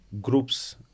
groups